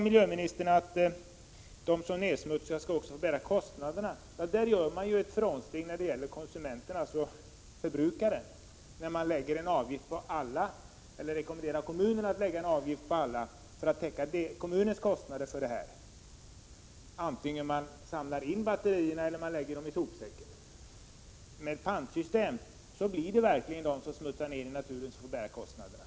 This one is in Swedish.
Miljöministern sade att de som smutsar ner skall bära kostnaderna. Men där gör man ju ett avsteg när det gäller konsumenterna som förbrukar batterierna, då man rekommenderar kommunen att lägga en avgift på alla för att täcka kommunernas kostnad för detta vare sig konsumenterna samlar in batterierna eller lägger dem i sopsäcken. Ett pantsystem skulle innebära att de som smutsar ner i naturen verkligen är de som får bära kostnaderna.